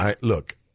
Look